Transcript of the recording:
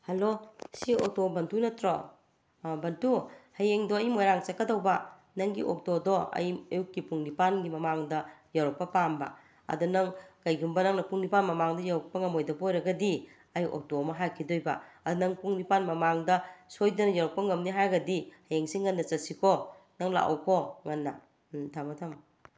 hello ꯁꯤ ꯑꯣꯇꯣ ꯕꯟꯇꯨ ꯅꯠꯇ꯭ꯔꯣ ꯕꯟꯇꯨ ꯍꯌꯦꯡꯗꯣ ꯑꯩ ꯃꯣꯏꯔꯥꯡ ꯆꯠꯀꯗꯧꯕ ꯅꯪꯒꯤ ꯑꯣꯛꯇꯣꯗꯣ ꯑꯩ ꯑꯌꯨꯛꯀꯤ ꯄꯨꯡ ꯅꯤꯄꯥꯜꯒꯤ ꯃꯃꯥꯡꯗ ꯌꯧꯔꯛꯄ ꯄꯥꯝꯕ ꯑꯗ ꯅꯪ ꯀꯩꯒꯨꯝꯕ ꯅꯪꯅ ꯄꯨꯡ ꯅꯤꯄꯥꯜ ꯃꯃꯥꯡꯗ ꯌꯧꯔꯛꯄ ꯉꯝꯃꯣꯏꯗꯕ ꯑꯣꯏꯔꯒꯗꯤ ꯑꯩ ꯑꯣꯛꯇꯣ ꯑꯃ ꯍꯥꯏꯈꯤꯗꯣꯏꯕ ꯑꯗꯣ ꯅꯪ ꯄꯨꯡ ꯅꯤꯄꯥꯜ ꯃꯃꯥꯡꯗ ꯁꯣꯏꯗꯅ ꯌꯧꯔꯛꯄ ꯉꯝꯅꯤ ꯍꯥꯏꯔꯒꯗꯤ ꯍꯌꯦꯡꯁꯤ ꯉꯟꯅ ꯆꯠꯁꯤꯀꯣ ꯅꯪ ꯂꯥꯛꯎꯀꯣ ꯉꯟꯅ ꯎꯝ ꯊꯝꯃꯣ ꯊꯝꯃꯣ